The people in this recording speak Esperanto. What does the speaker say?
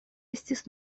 estis